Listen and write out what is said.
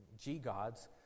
G-gods